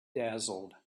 dazzled